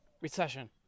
Recession